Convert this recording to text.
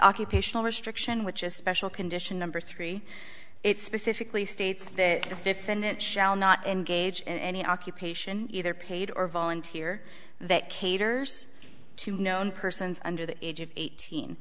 occupational restriction which is special condition number three it specifically states that a fifth and it shall not engage in any occupation either paid or volunteer that caters to known persons under the age of eighteen